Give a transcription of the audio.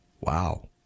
Wow